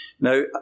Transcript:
Now